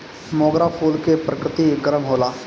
मोगरा फूल के प्रकृति गरम होला